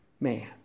man